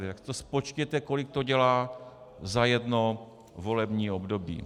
Tak to spočtěte, kolik to dělá za jedno volební období.